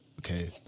Okay